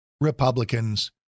Republicans